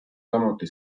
samuti